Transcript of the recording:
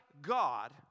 God